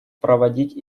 проводить